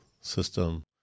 system